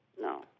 no